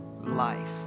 life